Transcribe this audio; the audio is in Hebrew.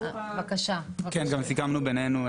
כן, גם סיכמנו בינינו.